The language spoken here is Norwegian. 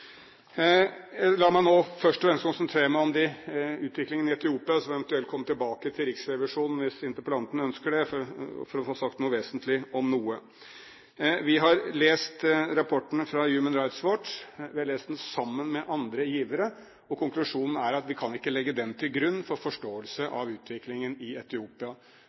La meg nå først og fremst konsentrere meg om utviklingen i Etiopia – så får jeg eventuelt komme tilbake til Riksrevisjonen hvis interpellanten ønsker det – for å få sagt noe vesentlig om noe. Vi har lest rapporten fra Human Rights Watch. Vi har lest den sammen med andre givere, og konklusjonen er at vi ikke kan legge den til grunn for forståelsen av utviklingen i Etiopia.